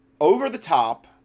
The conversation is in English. over-the-top